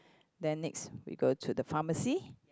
then next we go to the pharmacy